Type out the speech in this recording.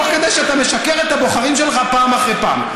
תוך כדי שאתה משקר את הבוחרים שלך פעם אחרי פעם.